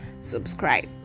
subscribe